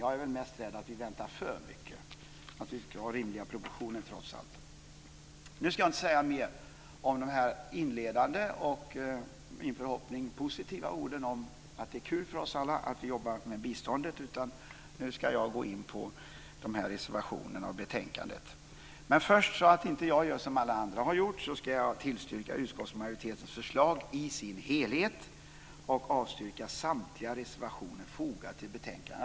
Jag är mest rädd för att vi förväntar oss för mycket. Det ska ha rimliga proportioner, trots allt. Nu ska jag inte säga mer inledningsvis eller använda fler som jag hoppas positiva ord om att det är kul för oss alla att jobba med biståndet. Nu ska jag gå in på reservationerna och betänkandet. Men för att jag inte ska göra som alla andra har gjort ska jag tillstyrka utskottsmajoritetens förslag i dess helhet och avstyrka samtliga reservationer fogade till betänkandet.